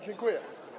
Dziękuję.